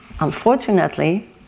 unfortunately